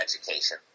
education